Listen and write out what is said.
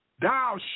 Thou